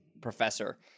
professor